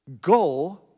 Go